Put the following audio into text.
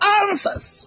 answers